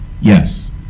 Yes